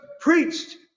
preached